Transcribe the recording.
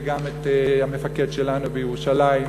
וגם את המפקד שלנו בירושלים,